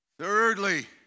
Thirdly